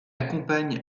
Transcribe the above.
accompagne